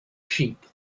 sheep